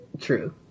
true